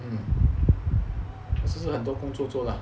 mm 是很多工作做 lah